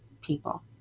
people